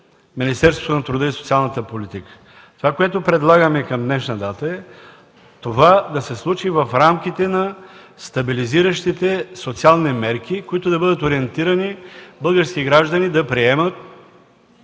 Министерството на труда и социалната политика. Предлагаме към днешна дата това да се случи в рамките на стабилизиращите социални мерки, които да бъдат ориентирани българските граждани да поемат